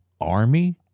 army